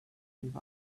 gave